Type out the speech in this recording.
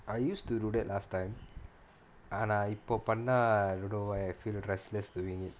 I used to do that last time ஆனா இப்போ பண்ணா:aanaa ippo pannaa I don't know why I feel restless doing it